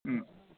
ꯎꯝ